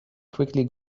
quickly